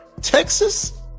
Texas